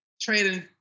trading